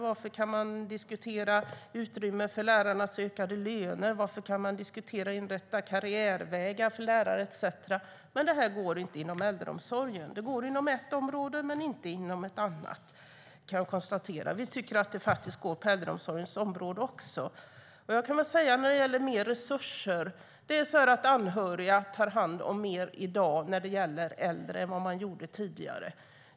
Varför kan man diskutera utrymme för lärarnas ökade löner? Varför kan man diskutera att inrätta karriärvägar för lärare etcetera? Men inom äldreomsorgen går det inte. Man kan konstatera att det går inom ett område, men inte inom ett annat. Vi tycker att det går på äldreomsorgens område också. När det gäller mer resurser kan jag säga att anhöriga tar hand om mer i dag när det gäller äldre än tidigare.